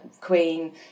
queen